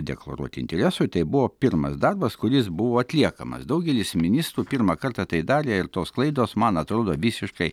deklaruoti interesų tai buvo pirmas darbas kuris buvo atliekamas daugelis ministrų pirmą kartą tai darė ir tos klaidos man atrodo visiškai